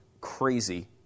crazy